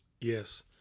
Yes